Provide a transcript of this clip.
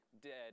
dead